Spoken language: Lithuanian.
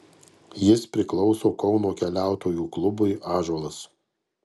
jis priklauso kauno keliautojų klubui ąžuolas